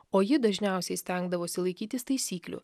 o ji dažniausiai stengdavosi laikytis taisyklių